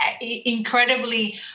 incredibly